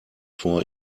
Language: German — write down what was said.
vor